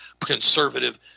conservative